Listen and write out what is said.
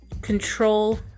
control